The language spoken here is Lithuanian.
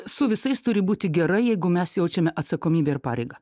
su visais turi būti gerai jeigu mes jaučiame atsakomybę ir pareigą